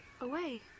Away